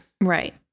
Right